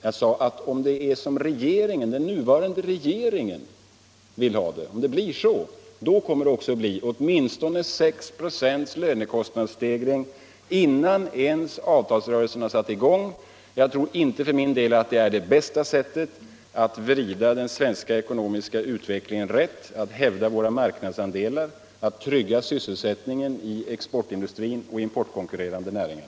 Jag sade att om det blir så som den nuvarande regeringen vill ha det så blir löneskattestegringen åtminstone 6 96 innan avtalsrörelserna ens har satt i gång. Jag tror inte att det är det bästa sättet att vrida den svenska ekonomiska utvecklingen rätt, att hävda våra marknadsandelar, att trygga sysselsättningen i exportindustrin och i importkonkurrerande näringar.